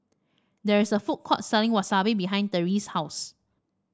there's a food court selling Wasabi behind Terese's house